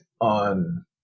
on